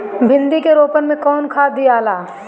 भिंदी के रोपन मे कौन खाद दियाला?